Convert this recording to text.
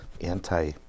anti